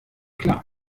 klar